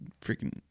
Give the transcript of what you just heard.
freaking